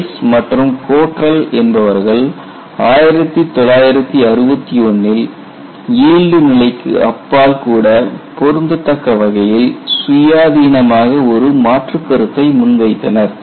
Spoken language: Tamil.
வெல்ஸ் மற்றும் கோட்ரெல் என்பவர்கள் 1961 இல் ஈல்டு நிலைக்கு அப்பால் கூட பொருந்த தக்க வகையில் சுயாதீனமாக ஒரு மாற்றுக் கருத்தை முன்வைத்தனர்